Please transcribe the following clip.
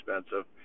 expensive